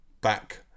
back